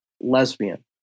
lesbian